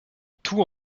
tout